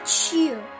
cheer